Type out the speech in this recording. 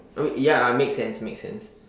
oh wait ya make sense make sense